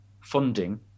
funding